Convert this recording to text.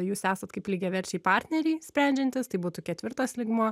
jūs esat kaip lygiaverčiai partneriai sprendžiantys tai būtų ketvirtas lygmuo